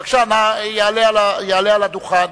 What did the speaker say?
בבקשה, יעלה על הדוכן,